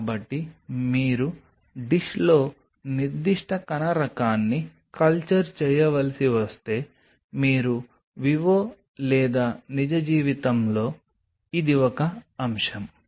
కాబట్టి మీరు డిష్లో నిర్దిష్ట కణ రకాన్ని కల్చర్ చేయవలసి వస్తే మీరు వివో లేదా నిజ జీవితంలో ఇది ఒక అంశం